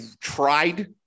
tried